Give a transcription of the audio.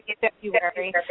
February